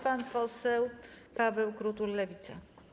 Pan poseł Paweł Krutul, Lewica.